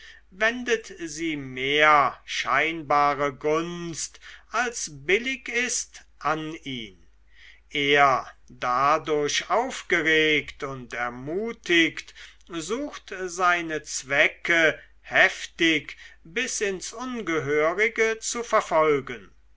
wendet sie mehr scheinbare gunst als billig ist an ihn er dadurch aufgeregt und ermutigt sucht seine zwecke heftig bis ins ungehörige zu verfolgen